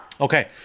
Okay